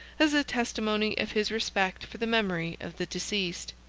as a testimony of his respect for the memory of the deceased.